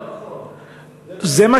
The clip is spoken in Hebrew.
זה לא נכון, זה לא נכון.